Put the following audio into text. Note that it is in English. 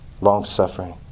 long-suffering